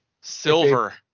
Silver